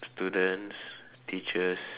students teachers